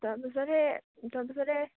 তাৰপিছত সেই তাৰপিছতে